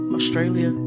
Australia